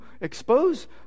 expose